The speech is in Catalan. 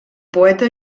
poeta